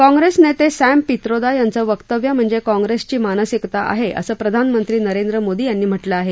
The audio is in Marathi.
काँग्रेस नेते सॅम पित्रोदा यांचं वक्तव्य म्हणजेच काँग्रेसची मानसिकता आहे असं प्रधानमंत्री नरेंद्र मोदी यांनी म्हटलं आहे